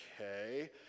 okay